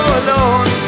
alone